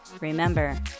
remember